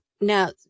Now